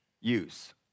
use